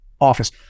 office